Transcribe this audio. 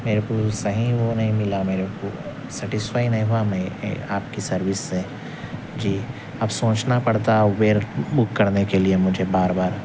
میرے کو صحیح وہ نہیں ملا میرے کو سٹیسفائی نہیں ہوا میں آپ کی سروس سے جی اب سوچنا پڑتا ہے اوبیر بک کرنے کے لیے مجھے بار بار